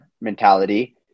mentality